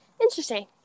interesting